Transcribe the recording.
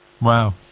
Wow